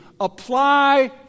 Apply